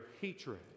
hatred